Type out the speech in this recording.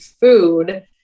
food